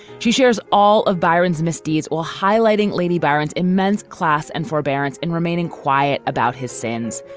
she shares all of byron's misdeeds, or highlighting lady byron's immense class and forbearance in remaining quiet about his sins,